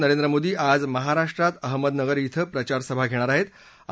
प्रधानमंत्री नरेंद्र मोदी आज महाराष्ट्रात अहमदनगर िं प्रचारसभा घेणार आहेत